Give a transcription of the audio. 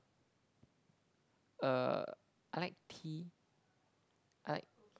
err I like tea I like